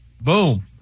boom